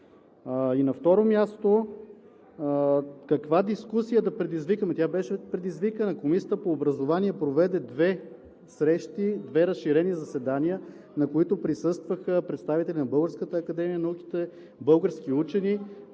И, на второ място, каква дискусия да предизвикаме? Тя беше предизвикана. Комисията по образование проведе две срещи, две разширени заседания, на които присъстваха представители на Българската академия на науките, български учени,